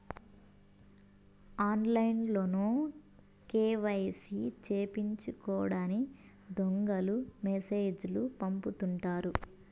ఆన్లైన్లో కేవైసీ సేపిచ్చుకోండని దొంగలు మెసేజ్ లు పంపుతుంటారు